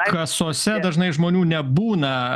kasose dažnai žmonių nebūna